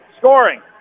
Scoring